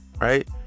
Right